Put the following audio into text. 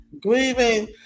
grieving